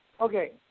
okay